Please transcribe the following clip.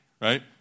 right